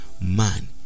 man